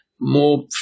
more